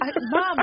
Mom